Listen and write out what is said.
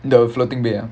the floating bay ah